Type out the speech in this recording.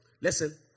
Listen